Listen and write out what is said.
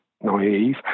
naive